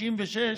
ה-198,396,